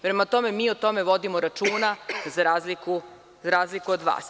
Prema tome, mi o tome vodimo računa za razliku od vas.